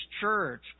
church